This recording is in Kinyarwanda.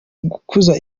gukuza